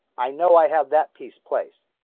i know i have that piece placed